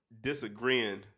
disagreeing